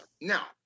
Now